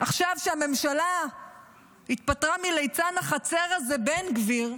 עכשיו כשהממשלה התפטרה מליצן החצר הזה בן גביר,